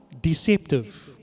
deceptive